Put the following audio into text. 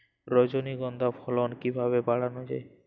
রজনীগন্ধা ফলন কিভাবে বাড়ানো যায়?